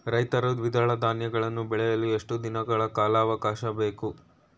ರೈತರು ದ್ವಿದಳ ಧಾನ್ಯಗಳನ್ನು ಬೆಳೆಯಲು ಎಷ್ಟು ದಿನಗಳ ಕಾಲಾವಾಕಾಶ ಬೇಕು?